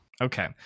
Okay